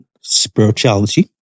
Spirituality